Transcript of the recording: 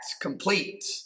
complete